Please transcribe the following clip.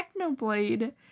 Technoblade